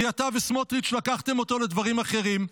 כי אתה וסמוטריץ' לקחתם אותו לדברים אחרים.